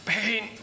Pain